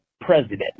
president